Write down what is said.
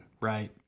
right